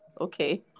Okay